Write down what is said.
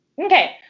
okay